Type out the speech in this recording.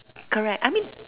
correct I mean